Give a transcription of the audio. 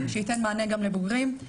שייתן מענה גם לבוגרים.